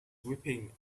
wiping